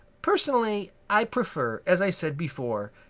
personally i prefer, as i said before,